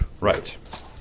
Right